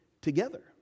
together